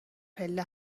پله